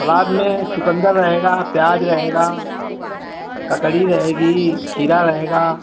सलाद में चुकंदर रहेगा प्याज रहेगा ककड़ी रहेगी खीरा रहेगा